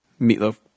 meatloaf